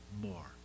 more